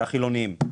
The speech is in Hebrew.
זה החילונים.